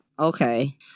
Okay